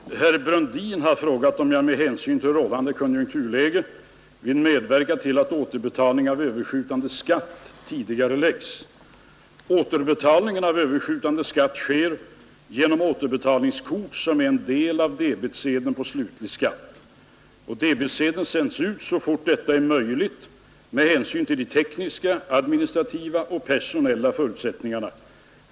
Herr talman! Herr Brundin har frågat om jag med hänsyn till rådande konjunkturläge vill medverka till att återbetalningen av överskjutande skatt tidigarelägges. Återbetalning av överskjutande skatt sker genom återbetalningskort som är en del av debetsedeln på slutlig skatt. Debetsedeln sänds ut så fort detta är möjligt med hänsyn till de tekniska, administrativa och personella förutsättningarna.